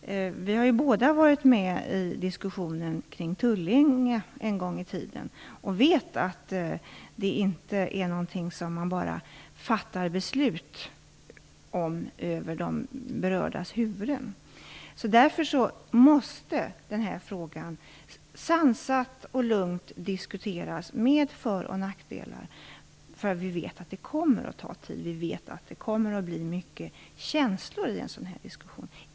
Vi har båda varit med i diskussionen kring Tullinge en gång i tiden och vet att det här inte är någonting som man fattar beslut om över de berördas huvuden. Därför måste den här frågans för och nackdelar diskuteras sansat och lugnt. Vi vet att det kommer att ta tid och att det uppstår många känslor i en sådan här diskussion.